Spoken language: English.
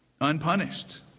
unpunished